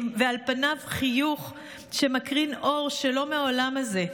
ועל פניו חיוך שמקרין אור שלא מהעולם הזה,